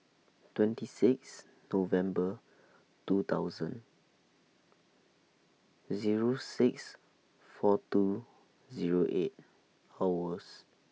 twenty six November two thousand Zero six four two Zero eight hours